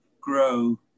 grow